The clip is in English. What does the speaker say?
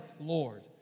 Lord